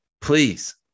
please